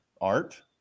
art